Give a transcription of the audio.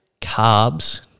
Carbs